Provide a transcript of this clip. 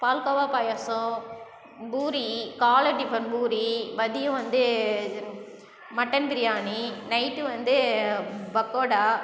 பால்கோவா பாயாசம் பூரி காலை டிஃபன் பூரி மதியம் வந்து மட்டன் பிரியாணி நைட்டு வந்து பக்கோடா